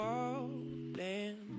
Falling